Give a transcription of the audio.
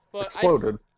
exploded